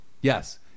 Yes